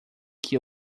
que